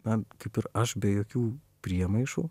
na kaip ir aš be jokių priemaišų